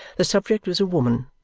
the subject was a woman,